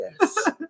Yes